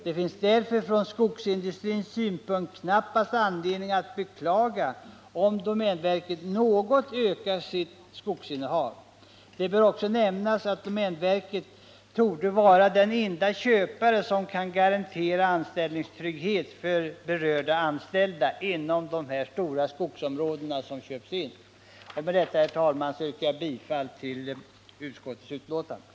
Det finns därför från skogsindustrins synpunkt knappast anledning att beklaga om domänverket något ökar sitt skogsinnehav. Det bör också nämnas att domänverket torde vara den enda köpare som kan garantera anställningstrygghet för berörda anställda inom de stora skogsområden som köps in. Med detta, herr talman, yrkar jag bifall till utskottets hemställan.